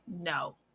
no